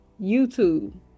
youtube